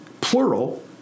plural